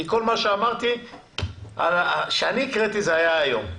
כי כל מה שאני הקראתי זה היה היום.